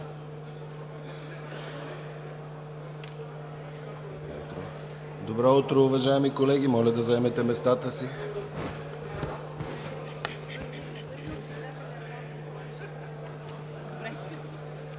Добро утро, уважаеми колеги! Моля, заемете местата си.